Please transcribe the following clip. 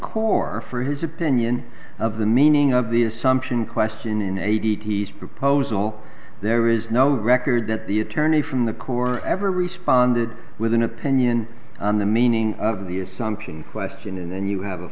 corps for his opinion of the meaning of the assumption question in a d t s proposal there is no record that the attorney from the corps ever responded with an opinion on the meaning of the assumption question and then you have a